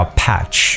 patch，